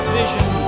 vision